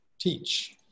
teach